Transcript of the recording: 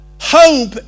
hope